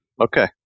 Okay